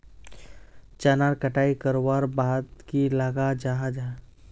चनार कटाई करवार बाद की लगा जाहा जाहा?